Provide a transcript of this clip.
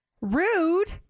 Rude